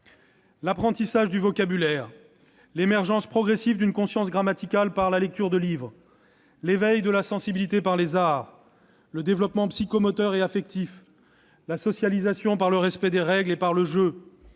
L'apprentissage du vocabulaire, l'émergence progressive d'une conscience grammaticale par la lecture de livres, l'éveil de la sensibilité par les arts, le développement psychomoteur et affectif, la socialisation par le respect des règles et le jeu,